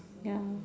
ya